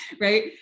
right